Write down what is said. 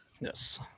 Yes